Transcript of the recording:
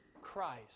Christ